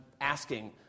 asking